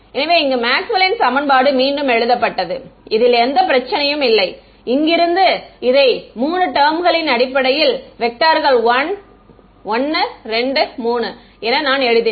எனவே இங்கு மேக்ஸ்வெல்லின் சமன்பாடு மீண்டும் எழுதப்பட்டது இதில் எந்த பிரச்சனையும் இல்லை இங்கிருந்து இதை 3 டெர்ம்களின் அடிப்படையில் வெக்டர்கள் 1 2 3 என நான் எழுதினேன்